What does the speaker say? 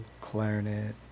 clarinet